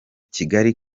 kigali